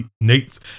Nate's